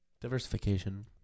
Diversification